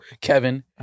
Kevin